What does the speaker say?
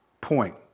point